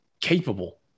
capable